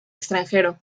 extranjero